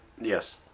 Yes